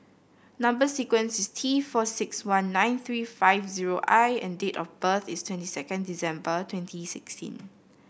number sequence is T four six one nine three five zero I and date of birth is twenty second December twenty sixteen